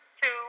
two